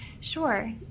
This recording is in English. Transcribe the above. Sure